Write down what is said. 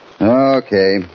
Okay